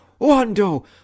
Wando